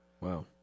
Wow